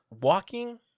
walking